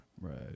right